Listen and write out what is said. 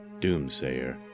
Doomsayer